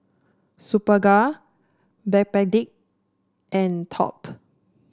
Superga Backpedic and Top